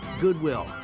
Goodwill